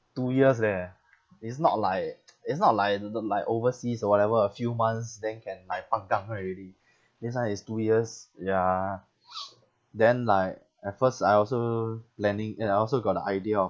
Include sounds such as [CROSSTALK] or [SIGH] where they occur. two years leh it's not like [NOISE] it's not like the the like overseas or whatever a few months then can like pang kang already this [one] is two years ya [NOISE] then like at first I also planning and I also got the idea of